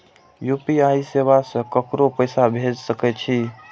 UPI सेवा से ककरो पैसा भेज सके छी?